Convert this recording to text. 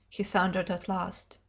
he thundered at last.